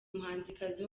umuhanzikazi